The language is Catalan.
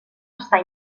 estar